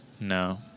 No